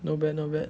not bad not bad